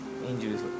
injuries